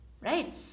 right